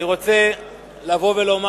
אני רוצה לומר,